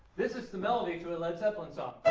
this is the melody to a led zeppelin. so